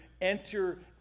enter